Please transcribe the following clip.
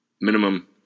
minimum